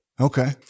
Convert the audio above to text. Okay